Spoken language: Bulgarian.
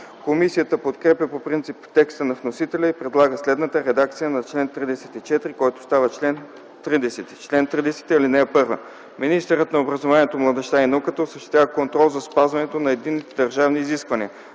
Комисията подкрепя по принцип текста на вносителя и предлага следната редакция на чл. 34, който става чл. 30: „Чл. 30. (1) Министърът на образованието, младежта и науката осъществява контрол за спазването на единните държавни изисквания.